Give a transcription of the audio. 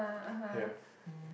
yeah